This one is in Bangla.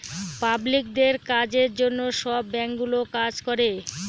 পাবলিকদের কাজের জন্য সব ব্যাঙ্কগুলো কাজ করে